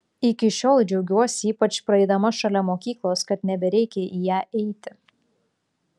iki šiol džiaugiuosi ypač praeidama šalia mokyklos kad nebereikia į ją eiti